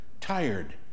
tired